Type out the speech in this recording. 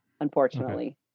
unfortunately